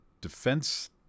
defense